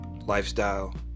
lifestyle